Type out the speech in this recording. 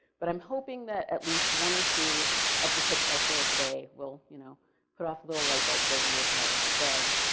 but i'm hoping that at least one or two of the tips i shared today will you know put off a little like bulbs over your head. so,